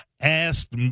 asked